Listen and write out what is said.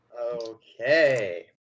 Okay